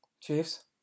Chiefs